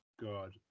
God